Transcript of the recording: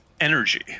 energy